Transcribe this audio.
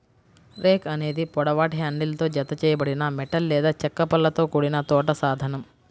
rake అనేది పొడవాటి హ్యాండిల్తో జతచేయబడిన మెటల్ లేదా చెక్క పళ్ళతో కూడిన తోట సాధనం